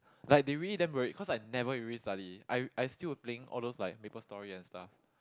like they really damn worried cause I never really study I I still were playing all those like Maplestory and stuff